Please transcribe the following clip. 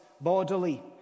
bodily